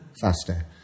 faster